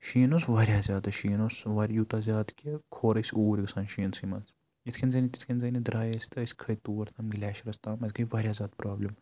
شیٖن اوس واریاہ زیادٕ شیٖن اوس وار یوٗتاہ زیادٕ کہِ کھۄر ٲسۍ اوٗرۍ گژھان شیٖن سٕے منٛز یِتھ کٔنۍ زٲنِتھ تِتھ کٔنۍ زٲنِتھ درٛاے أسۍ تہٕ أسۍ کھٔتۍ تور تام گٕلیشَرَس تام اَسہِ گٔے واریاہ زیادٕ پرٛابلِم